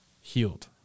healed